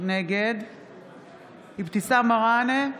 נגד אבתיסאם מראענה,